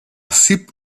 sip